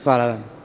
Hvala.